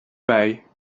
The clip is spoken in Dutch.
bij